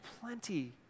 plenty